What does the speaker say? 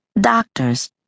doctors